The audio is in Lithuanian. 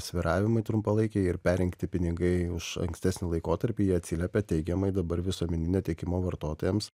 svyravimai trumpalaikiai ir perrinkti pinigai už ankstesnį laikotarpį jie atsiliepia teigiamai dabar visuomenino teikimo vartotojams